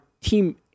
team